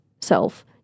self